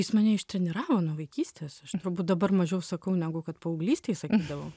jis mane ištreniravo nuo vaikystės aš turbūt dabar mažiau sakau negu kad paauglystėj sakydavau